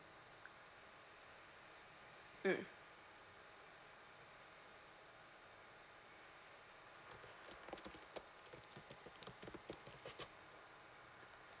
mm